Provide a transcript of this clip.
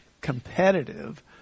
competitive